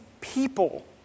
people